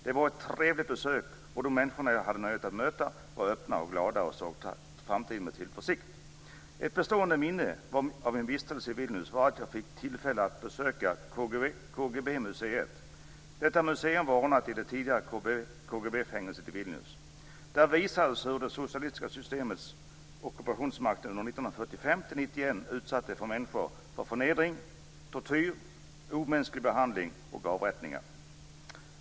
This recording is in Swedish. Det var ett trevligt besök, och de människor jag hade möjlighet att möta var öppna och glada och såg framtiden an med tillförsikt. Ett bestående minne av min vistelse i Vilnius var att jag fick tillfälle att besöka KGB-museet. Detta museum var inrymt i det tidigare KGB-fängelset i Vilnius. Där visades hur det socialistiska systemets ockupationsmakt under 1945 till 1991 utsatte människor för förnedring, tortyr, omänsklig behandling och avrättningar.